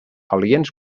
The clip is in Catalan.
aliens